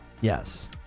Yes